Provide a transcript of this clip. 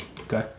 Okay